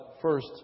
first